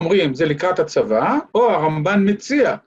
‫אומרים, זה לקראת הצבא, ‫או הרמב"ן מציע.